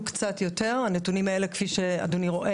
עצם קיומה,